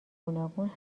گوناگون